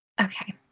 okay